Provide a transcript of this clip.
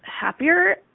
happier